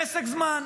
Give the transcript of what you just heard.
פסק זמן.